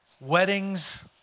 weddings